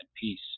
peace